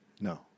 No